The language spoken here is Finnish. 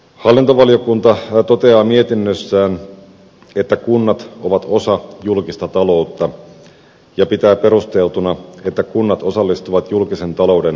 hallintovaliokunta toteaa mietinnössään että kunnat ovat osa julkista taloutta ja pitää perusteltuna että kunnat osallistuvat julkisen talouden tasapainottamiseen